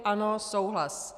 Ano, souhlas.